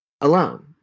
alone